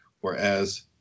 whereas